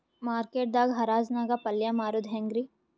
Market ದಾಗ್ ಹರಾಜ್ ನಾಗ್ ಪಲ್ಯ ಮಾರುದು ಹ್ಯಾಂಗ್ ರಿ?